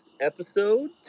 episode